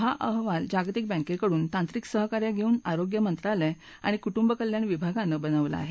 हा अहवाल जागतिक बँकेकडून तांत्रिक सहकार्य घेऊन आरोग्य मंत्रालय आणि कुटुंब कल्याण विभागानं बनविला आहे